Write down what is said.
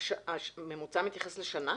הממוצע מתייחס לשנה?